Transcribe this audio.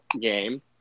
game